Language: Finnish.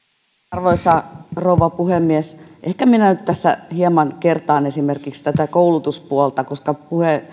arvoisa rouva puhemies ehkä minä nyt hieman kertaan esimerkiksi tätä koulutuspuolta koska puheenvuoron